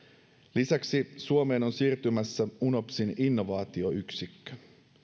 lisäksi suomeen on siirtymässä unopsin innovaatioyksikkö